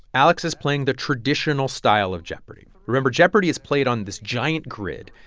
alex is playing the traditional style of jeopardy! remember, jeopardy! is played on this giant grid.